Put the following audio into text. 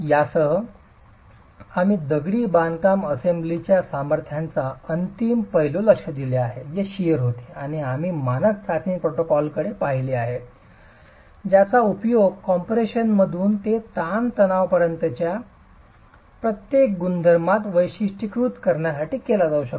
यासह आम्ही दगडी बांधकाम असेंब्लीच्या सामर्थ्याच्या अंतिम पैलूवर लक्ष दिले आहे जे शिअर होते आणि आम्ही मानक चाचणी प्रोटोकॉलकडे पाहिले आहे ज्याचा उपयोग कॉम्प्रेशनपासून ते ताणपर्यंतच्या प्रत्येक गुणधर्मात वैशिष्ट्यीकृत करण्यासाठी केला जाऊ शकतो